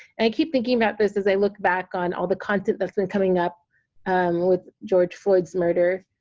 and i keep thinking about this as i look back on all the content that's been coming up with george floyd's murder,